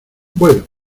bueno